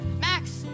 Max